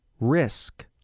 risk